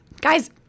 guys